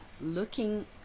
looking